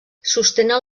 sostenen